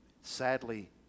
Sadly